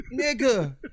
nigga